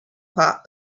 part